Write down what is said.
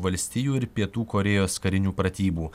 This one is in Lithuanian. valstijų ir pietų korėjos karinių pratybų